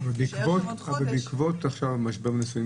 ויישאר שם עוד חודש --- ובעקבות משבר נישואין,